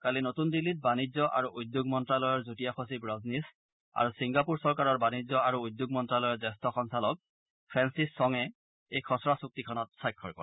কালি নতুন দিল্লীত বাণিজ্য আৰু উদ্যোগ মন্তালয়ৰ যুটীয়া সচিব ৰজনীশ আৰু ছিংগাপুৰ চৰকাৰৰ বাণিজ্য আৰু উদ্যোগ মন্তালয়ৰ জ্যেষ্ঠ সঞ্চালক ফ্ৰেন্সিছ চঙে এই খচৰা চুক্তিখনত স্বাক্ষৰ কৰে